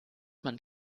man